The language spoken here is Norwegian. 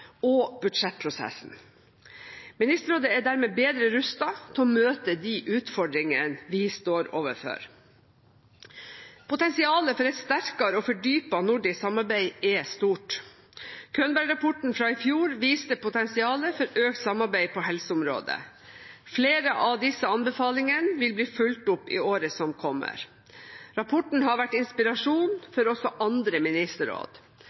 og budsjettprosessen. Ministerrådet er dermed bedre rustet til å møte de utfordringer som vi står overfor. Potensialet for et sterkere og fordypet nordisk samarbeid er stort. Könberg-rapporten fra i fjor viste potensialet for økt samarbeid på helseområdet. Flere av disse anbefalingene vil bli fulgt opp i året som kommer. Rapporten har vært inspirasjon for også andre ministerråd.